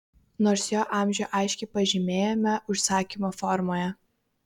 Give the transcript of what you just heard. nors jo amžių aiškiai pažymėjome užsakymo formoje